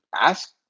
ask